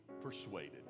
persuaded